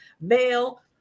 male